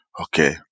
okay